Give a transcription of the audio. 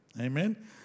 Amen